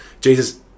jesus